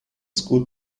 school